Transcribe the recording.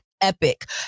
epic